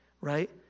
Right